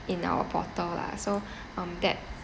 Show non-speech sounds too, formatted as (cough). in our portal lah so (breath) um that